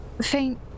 faint